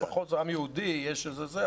לפחות עם יהודי יש איזה זה,